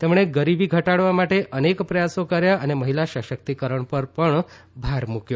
તેમણે ગરીબી ઘટાડવા માટે અનેક પ્રથાસો કર્યા અને મહિલા સશકિતકરણ પર પણ ભાર મૂક્યો